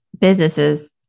businesses